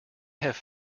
have